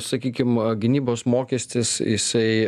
sakykim gynybos mokestis jisai